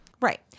Right